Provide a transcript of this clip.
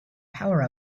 power